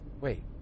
wait